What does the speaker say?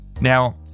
Now